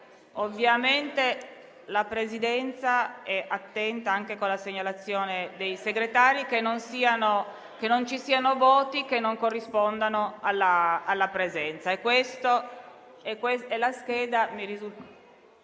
Intanto la Presidenza è attenta, anche con la segnalazione dei senatori Segretari, che non ci siano voti che non corrispondano alla presenza.